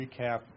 recap